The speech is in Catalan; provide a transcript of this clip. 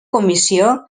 comissió